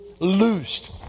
Loosed